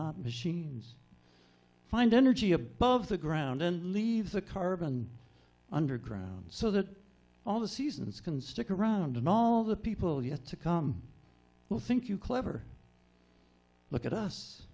not machines find energy above the ground and leave the carbon underground so that all the seasons can stick around and all the people yet to come will think you clever look at us